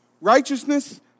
Righteousness